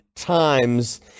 times